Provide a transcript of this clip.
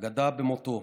אגדה במותו,